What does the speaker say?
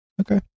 Okay